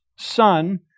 Son